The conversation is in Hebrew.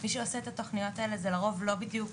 מי שעושה את התוכניות האלה זה לרוב לא בדיוק